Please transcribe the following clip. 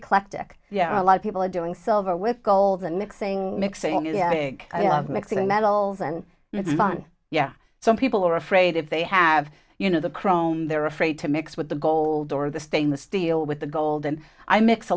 eclectic yeah a lot of people are doing silver with gold and mixing mixing in mixing metals and it's fun yeah some people are afraid if they have you know the chrome they're afraid to mix with the gold or the stainless steel with the golden i mix a